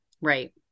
Right